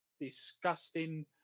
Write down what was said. disgusting